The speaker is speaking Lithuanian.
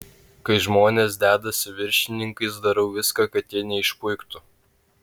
kai žmonės dedasi viršininkais darau viską kad jie neišpuiktų